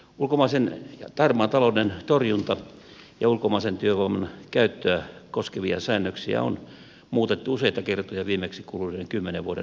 harmaan talouden torjuntaa ja ulkomaisen työvoiman käyttöä koskevia säännöksiä on muutettu useita kertoja viimeksi kuluneiden kymmenen vuoden aikana